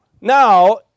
now